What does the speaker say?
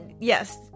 Yes